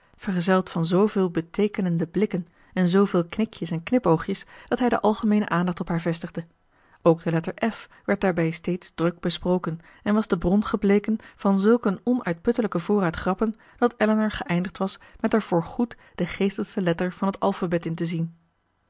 vergezeld van zooveel beteekenende blikken en zooveel knikjes en knipoogjes dat hij de algemeene aandacht op haar vestigde ook de letter f werd daarbij steeds druk besproken en was de bron gebleken van zulk een onuitputtelijken voorraad grappen dat elinor geëindigd was met er voor goed de geestigste letter van het alphabet in te zien